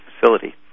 facility